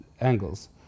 angles